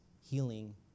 healing